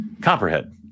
Copperhead